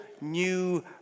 new